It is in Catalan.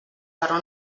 però